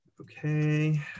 Okay